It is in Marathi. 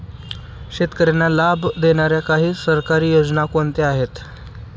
शेतकऱ्यांना लाभ देणाऱ्या काही सरकारी योजना कोणत्या आहेत?